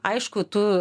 aišku tu